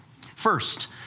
first